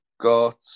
got